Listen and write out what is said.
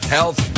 Health